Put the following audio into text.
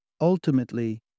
Ultimately